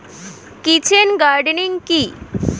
Kitchen gardening কি?